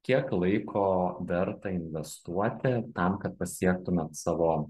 kiek laiko verta investuoti tam kad pasiektumėt savo